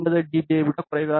பியை விட குறைவாக உள்ளது